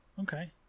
Okay